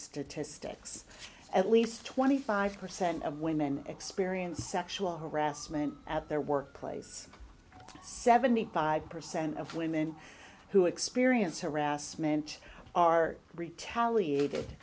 statistics at least twenty five percent of women experience sexual harassment at their workplace seventy five percent of women who experience harassment are retaliated